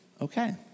Okay